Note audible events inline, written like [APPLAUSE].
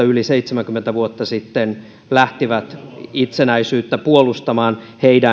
[UNINTELLIGIBLE] yli seitsemänkymmentä vuotta sitten lähtivät itsenäisyyttä puolustamaan